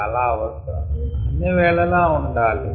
ఇది చాలా అవసరం అన్ని వేళలా ఉండాలి